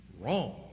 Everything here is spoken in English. wrong